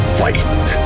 fight